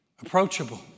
Approachable